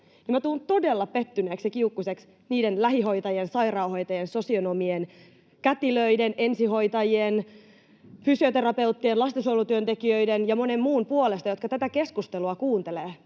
tulen todella pettyneeksi ja kiukkuiseksi niiden lähihoitajien, sairaanhoitajien, sosionomien, kätilöiden, ensihoitajien, fysioterapeuttien, lastensuojelun työntekijöiden ja monen muun puolesta, jotka tätä keskustelua kuuntelevat,